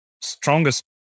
strongest